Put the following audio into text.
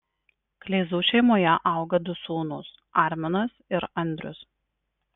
kleizų šeimoje auga du sūnūs arminas ir andrius